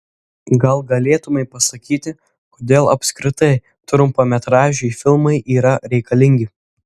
gal galėtumei pasakyti kodėl apskritai trumpametražiai filmai yra reikalingi